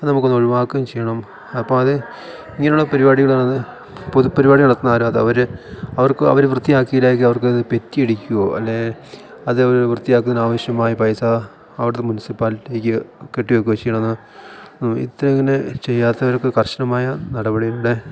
അത് നമുക്ക് ഒന്നു ഒഴിവാക്കുകയും ചെയ്യണം അപ്പം അത് ഇങ്ങനെയുള്ള പരിപാടികളാണ് അത് പൊതു പരിപാടി നടത്തുന്നത് ആരാണ് അത് അവർ അവർക്ക് അവർ വൃത്തിയാക്കിയില്ല എങ്കിൽ അവർക്ക് അത് പെറ്റി അടിക്കോ അല്ലേ അത് അവർ വൃത്തിയാക്കുന്നതിന് ആവശ്യമായ പൈസ അവിടുത്തെ മുൻസിപ്പാലിറ്റിയിലേക്ക് കെട്ടി വയ്ക്കുകയോ ചെയ്യണമെന്ന് ഇത്ര ഇങ്ങനെ ചെയ്യാത്തവർക്ക് കർശനമായ നടപടികളിലൂടെ